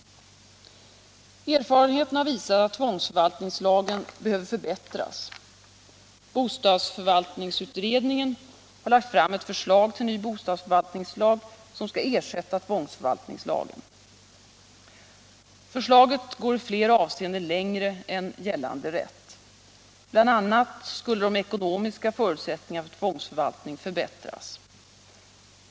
Erfarenheterna har visat att tvångsförvaltningslagen behöver förbättras. Bostadsförvaltningsutredningen har lagt fram ett förslag till ny bostadsförvaltningslag som skall ersätta tvångsförvaltningslagen. Förslaget går i flera avseenden längre än gällande rätt. Bl. a. skulle de ekonomiska förutsättningarna för tvångsförvaltning förbättras.